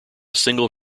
single